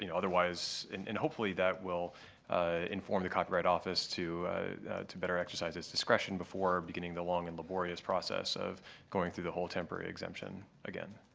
otherwise and hopefully, that will inform the copyright office to to better exercise its discretion before beginning the long and laborious process of going through the whole temporary exemption again.